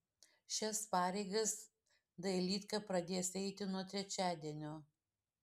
šias pareigas dailydka pradės eiti nuo trečiadienio